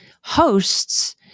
hosts